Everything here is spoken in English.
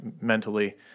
mentally